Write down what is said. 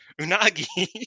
Unagi